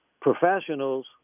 professionals